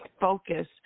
focus